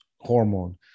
hormone